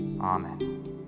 Amen